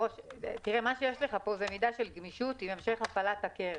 יש לך פה מידה של גמישות עם המשך הפעלת הקרן.